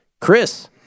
Chris